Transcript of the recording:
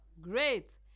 Great